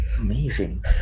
Amazing